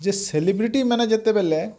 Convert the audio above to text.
ଯେ ସେଲିବ୍ରେଟି ମାନେ ଯେତେବେଲେ